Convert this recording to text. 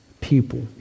people